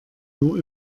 nur